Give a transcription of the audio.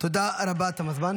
-- תודה רבה, תם הזמן.